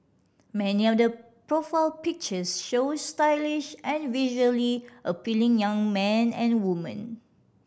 many of the profile pictures show stylish and visually appealing young men and women